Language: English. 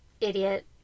idiot